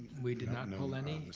we did not not pull any,